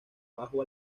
bajo